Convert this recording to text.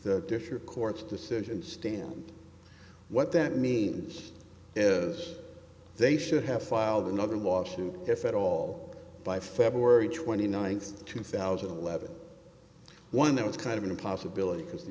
the dish or court's decision stand what that means is they should have filed another lawsuit if at all by february twenty ninth two thousand and eleven one that was kind of a possibility because the